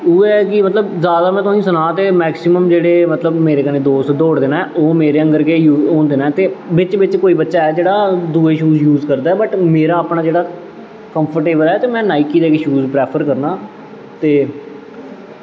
एह् ऐ कि जैदा में तुसेंगी सनांऽ ते मैकसिमम जेह्ड़े मतलब मेरे कन्नै दोस्त दौड़दे न ओह् मेरे आंह्गर गै होंदे न ते बिच्च बिच्च कोई बच्चा है जेह्ड़ा दुए शूज़ यूज़ करदा पर मेरा अपना जेह्ड़ा कंफ्टेवल ऐ ते में नाईकी दे गै शूज़ यूज़ करना ते